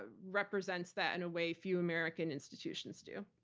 ah represents that in a way few american institutions do.